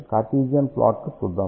Cartesian plot లు చూద్దాం